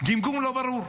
גמגום לא ברור.